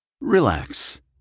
Relax